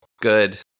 Good